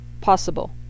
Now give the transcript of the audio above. possible